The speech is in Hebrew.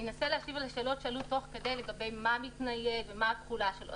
אני אנסה להשיב על השאלות שעלו תוך כדי לגבי מה מתנייד ומה התחולה שלו.